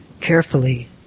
carefully